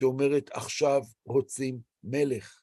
היא אומרת, עכשיו רוצים מלך.